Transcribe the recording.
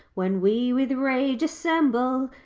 when we with rage assemble,